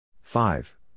five